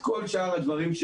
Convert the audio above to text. כל שאר הדברים,